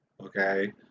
Okay